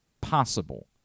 possible